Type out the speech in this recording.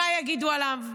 מה יגידו עליו,